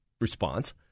response